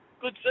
good